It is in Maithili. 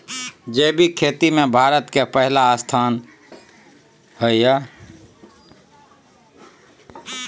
जैविक खेती में भारत के पहिला स्थान हय